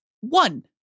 one